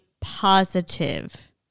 positive